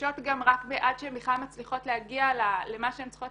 מתבכבשות גם עד שהן בכלל מצליחות להגיע למה שהן צריכות